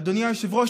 אדוני היושב-ראש,